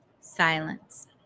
Silence